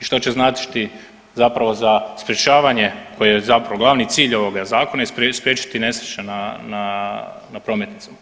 i što će značiti zapravo za sprječavanje koje je zapravo glavni cilj ovoga zakona i spriječiti nesreće na prometnicama.